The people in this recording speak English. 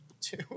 Two